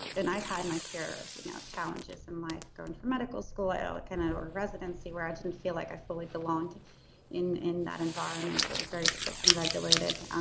and i've had my share of you know challenges in life going for medical school a ah kind of residency where i didn't feel like i fully belonged in in that environment that was very strict and regulated.